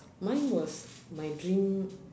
mine was my dream